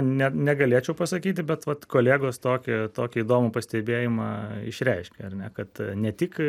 ne negalėčiau pasakyti bet vat kolegos tokį tokį įdomų pastebėjimą išreiškė ar ne kad ne tik